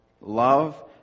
love